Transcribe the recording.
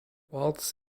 waltz